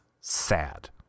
Sad